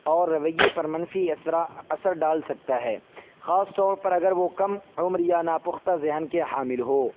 اور رویے پر منفی اثرات اثر ڈال سکتا ہے خاص طور پر اگر وہ کم عمر یا ناپختہ ذہن کا حامل ہو